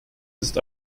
ist